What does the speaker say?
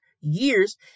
years